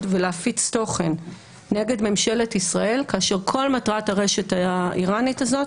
ולהפיץ תוכן נגד ממשלת ישראל כאשר כל מטרת הרשת האיראנית הזאת